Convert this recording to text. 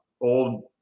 old